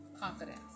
confidence